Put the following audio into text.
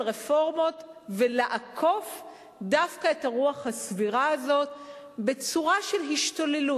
רפורמות ולעקוף דווקא את הרוח הסבירה הזאת בצורה של השתוללות?